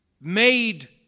made